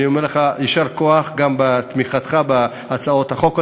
אני אומר לך יישר כוח גם על תמיכתך בהצעות החוק.